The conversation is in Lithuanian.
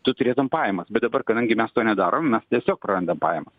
tu turėtum pajamas bet dabar kadangi mes to nedarom mes tiesiog prarandam pajamas